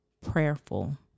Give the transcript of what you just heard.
prayerful